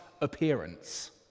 appearance